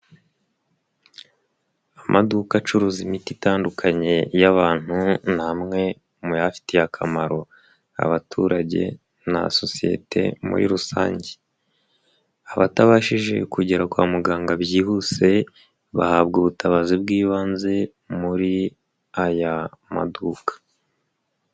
Amaduka acuruza imiti itandukanye y'abantu ni amwe muyafitiye akamaro abaturage na sosiyete muri rusange. Abatabashije kugera kwa muganga byihuse bahabwa ubutabazi bw'ibanze muri aya maduka.